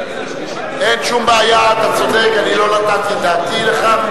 אין שום בעיה, אתה צודק, אני לא נתתי את דעתי לכך.